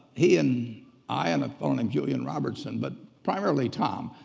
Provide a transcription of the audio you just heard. he and i and a fella named julian robertson, but primarily tom,